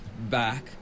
back